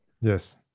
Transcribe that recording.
Yes